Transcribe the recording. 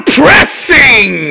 pressing